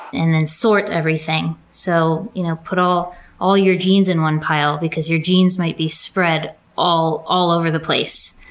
and then sort everything. so you know put all all your jeans in one pile, because your jeans might be spread all all over the place.